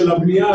של הבנייה,